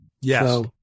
Yes